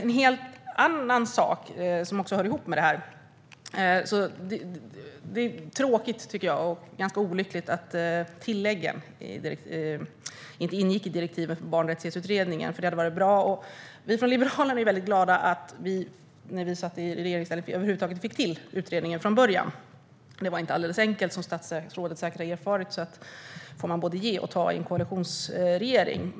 Jag vill ta upp en annan sak som hör ihop med det här. Det är tråkigt och ganska olyckligt att tilläggen inte ingick i direktiven för Barnrättighetsutredningen. Vi från Liberalerna är glada att vi över huvud taget fick till utredningen när vi satt i regeringsställning. Det var inte alldeles enkelt - som statsrådet säkert har erfarit får man både ge och ta i en koalitionsregering.